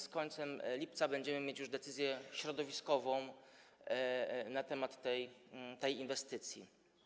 Z końcem lipca będziemy mieć już decyzję środowiskową na temat tej inwestycji.